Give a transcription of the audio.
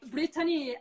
Brittany